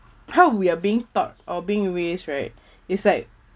how we are being taught or being raised right it's like